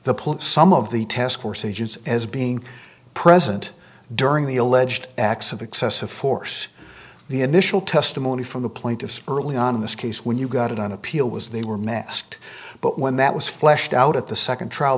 police some of the task force agents as being present during the alleged acts of excessive force the initial testimony from the plaintiffs early on in this case when you got it on appeal was they were masked but when that was fleshed out at the second trial